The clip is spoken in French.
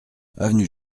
avenue